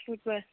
اَصٕل پٲٹھۍ